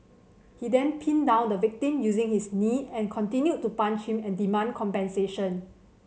he then pinned down the victim using his knee and continued to punch him and demand compensation